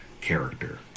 character